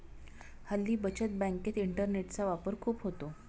हल्ली बचत बँकेत इंटरनेटचा वापर खूप होतो